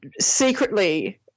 secretly